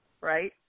right